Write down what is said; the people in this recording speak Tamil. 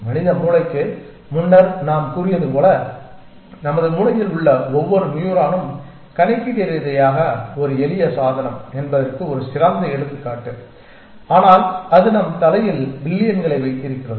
மனித மூளைக்கு முன்னர் நாம் கூறியது போல நமது மூளையில் உள்ள ஒவ்வொரு நியூரானும் கணக்கீட்டு ரீதியாக ஒரு எளிய சாதனம் என்பதற்கு ஒரு சிறந்த எடுத்துக்காட்டு ஆனால் அது நம் தலையில் பில்லியன்களை வைத்திருக்கிறது